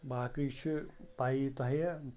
باقی چھُ پَیی تۄہہِ